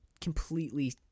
completely